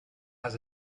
has